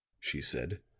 she said.